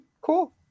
Cool